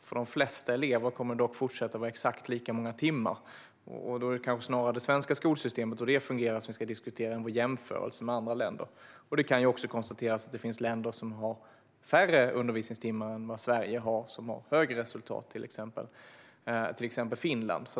För de flesta elever kommer det dock att fortsätta vara exakt lika många timmar, och då är det kanske snarare det svenska skolsystemet och hur det fungerar som vi ska diskutera och inte jämförelser med andra länder. Det kan också konstateras att det finns länder som har färre undervisningstimmar än vad Sverige har men som har högre resultat, till exempel Finland.